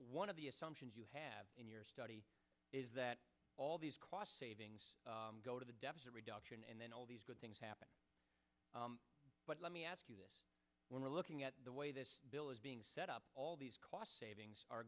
one of the assumptions you have in your study is that all these cost savings go to the deficit reduction and then all these things happen but let me ask you this when we're looking at the way this bill is being set up all these cost savings are